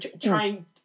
trying